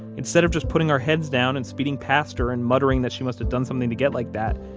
instead of just putting our heads down and speeding past her and muttering that she must have done something to get like that,